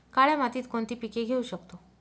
काळ्या मातीत कोणती पिके घेऊ शकतो?